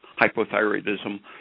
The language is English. hypothyroidism